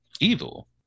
evil